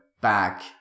back